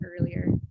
earlier